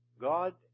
God